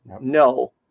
No